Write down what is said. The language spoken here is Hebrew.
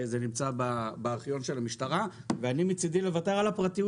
זה נמצא בארכיון של המשטרה ומצדי לוותר על הפרטיות